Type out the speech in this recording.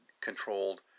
controlled